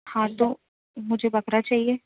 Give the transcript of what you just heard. ہاں تو مجھے بکرا چاہیے